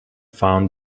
found